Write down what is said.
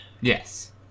yes